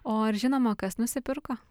o ar žinoma kas nusipirko